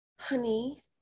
Honey